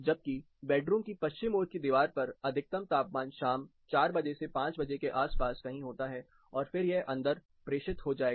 जबकि बेडरूम की पश्चिम ओर की दीवार पर अधिकतम तापमान शाम 4 बजे से 5 बजे के आसपास कहीं होता है और फिर यह अंदर प्रेषित हो जाएगा